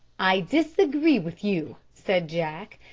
i disagree with you, said jack.